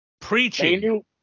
preaching